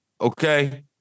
Okay